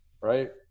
right